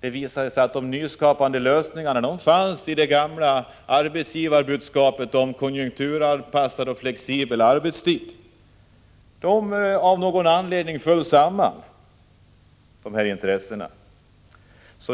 Det visade sig att de nyskapande lösningarna hänförde sig till det gamla arbetsgivarbudskapet om konjunkturanpassade och flexibla arbetstider. Av någon anledning sammanföll dessa intressen.